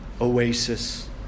oasis